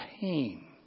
pain